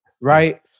right